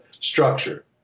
structure